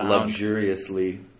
luxuriously